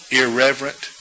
irreverent